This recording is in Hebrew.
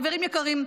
חברים יקרים,